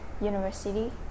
university